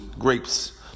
grapes